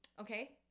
Okay